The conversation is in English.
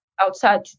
outside